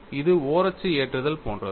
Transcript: இது ஓரச்சு ஏற்றுதல் போன்றது